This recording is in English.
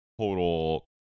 total